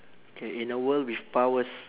K in a world with powers